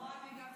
ביטלו את זה.